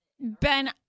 Ben